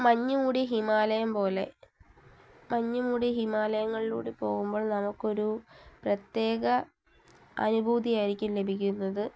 മഞ്ഞുമൂടിയ ഹിമാലയം പോലെ മഞ്ഞുമൂടിയ ഹിമാലയങ്ങളിലൂടെ പോകുമ്പോൾ നമുക്കൊരു പ്രത്യേക അനുഭൂതി ആയിരിക്കും ലഭിക്കുന്നത്